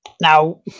now